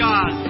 God